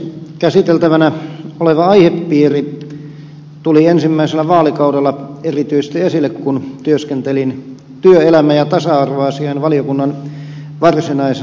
käsiteltävänä oleva aihepiiri tuli erityisesti esille ensimmäisellä vaalikaudella kun työskentelin työelämä ja tasa arvoasiain valiokunnan varsinaisena jäsenenä